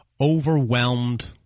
overwhelmed